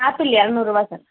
apple இரநூறு ரூபா sir